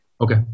Okay